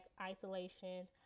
isolation